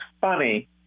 funny